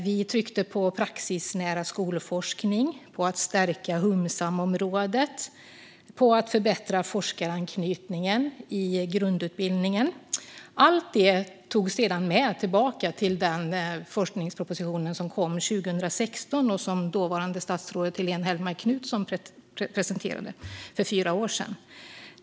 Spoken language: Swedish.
Vi tryckte på praxisnära skolforskning, att stärka humsam-området och att förbättra forskaranknytningen i grundutbildningen. Allt detta togs sedan med tillbaka till forskningspropositionen 2016, som dåvarande statsrådet Helene Hellmark Knutsson presenterade för fyra år sedan.